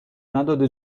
نداده